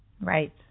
Right